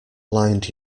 blind